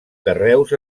carreus